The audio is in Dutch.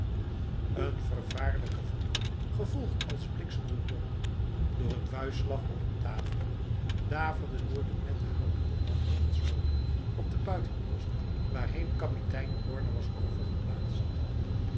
een vervaarlijke vloek gevolgd als bliksem door donder door een vuistslag op een tafel daverde door de nette houten commandantswoning op de buitenpost waarheen kapitein borne was